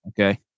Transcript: Okay